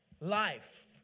life